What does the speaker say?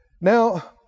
Now